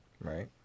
Right